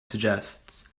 suggests